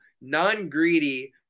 non-greedy